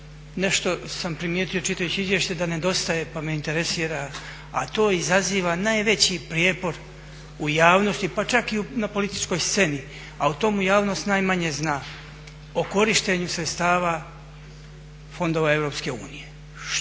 nešto sam primijetio čitajući izvješće da nedostaje pa me interesira a to izaziva najveći prijepor u javnosti, pa čak i na političkoj sceni, a o tomu javnost najmanje zna, o korištenju sredstava fondova EU.